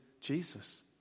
Jesus